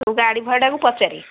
ଗାଡ଼ି ଭଡ଼ାକୁ ପଚାରେ